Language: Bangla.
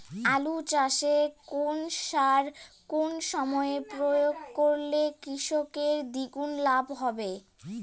আলু চাষে কোন সার কোন সময়ে প্রয়োগ করলে কৃষকের দ্বিগুণ লাভ হবে?